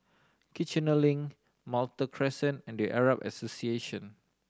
Kiichener Link Malta Crescent and The Arab Association